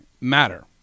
matter